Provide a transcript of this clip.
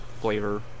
flavor